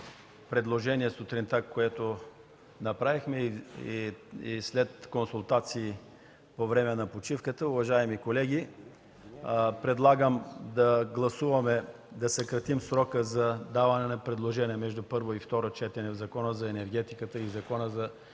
предложение, което направихме сутринта и след консултации по време на почивката. Уважаеми колеги, предлагам да гласуваме да съкратим срока за даване на предложения между първо и второ четене по Закона за енергетиката и Закона за